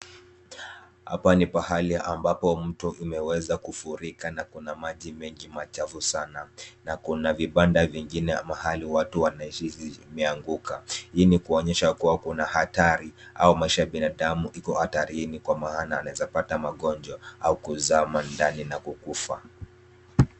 Hapa ni pahali ambapo mto imeweza kufurika na kuna maji mengi machafu sana na kuna vipande vingine mahali watu wanaishia zimeanguka, hii ni kuonyesha kuwa Kuna hatari au maisha ya binadamu iko hatarini Kwa maana anawezapata magonjwa au kusama ndani na kukufa